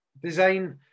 design